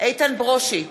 איתן ברושי,